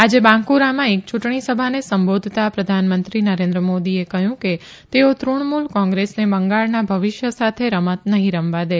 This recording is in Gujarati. આજે બાંકુરામાં એક ચૂંટણી સભાને સંબોધતા પ્રધાનમંત્રી નરેન્દ્ર મોદીએ કહ્યું કે તેઓ તૃણમુલ કોંગ્રેસને બંગાળના ભવિષ્ય સાથે રમત નહીં રમવા દે